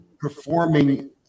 performing